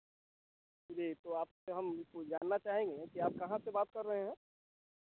जी तो आप से हम कुछ जानना चाहेंगे कि आप कहाँ से बात कर रहे हैं